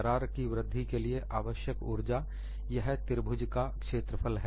दरार की वृद्धि के लिए आवश्यक ऊर्जा यह त्रिभुज का क्षेत्रफल है